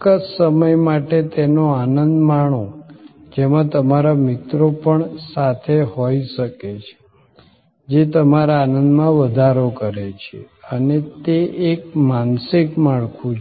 ચોક્કસ સમય માટે તેનો આનંદ માણો જેમાં તમારા મિત્રો પણ સાથે હોય શકે છે જે તમારા આનંદ માં વધારો કરે છે અને તે એક માનસિક માળખું